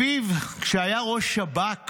לפיו, כשהיה ראש שב"כ